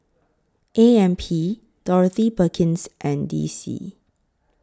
A M P Dorothy Perkins and D C